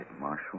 Marshal